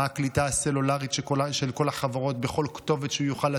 מה הקליטה הסלולרית של כל החברות בכל כתובת שהוא יוכל להשיג.